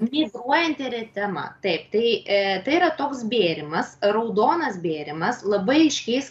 migruojanti eritema taip tai ir tai yra toks bėrimas raudonas bėrimas labai aiškiais